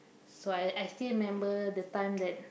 so I I still remember the time that